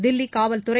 தில்லி காவல்துறை